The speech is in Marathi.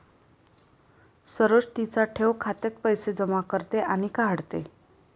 सरोज तिच्या ठेव खात्यात पैसे जमा करते आणि काढते